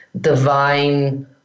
divine